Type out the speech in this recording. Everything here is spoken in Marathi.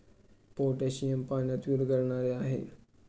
पोटॅशियम पाण्यात विरघळणारे आहे